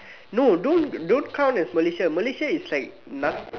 no don't don't count as Malaysia Malaysia is like noth